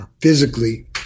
Physically